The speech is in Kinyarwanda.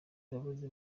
imbabazi